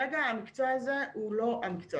כרגע המקצוע הזה הוא לא מקצוע,